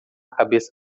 cabeça